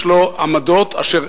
יש לו עמדות אשר,